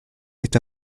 est